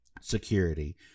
security